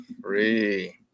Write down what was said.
three